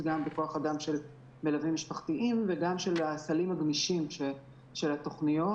בכוח-אדם של מלווים משפחתיים וגם של הסלים הגמישים של התוכניות.